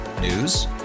News